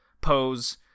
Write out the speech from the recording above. pose